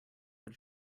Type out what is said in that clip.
that